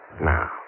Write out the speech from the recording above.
Now